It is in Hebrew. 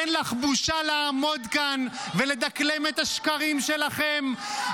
אין לך בושה לעמוד כאן ולדקלם את השקרים שלכם?